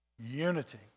Unity